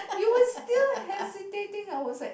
you were still hesitating I was like